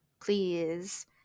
please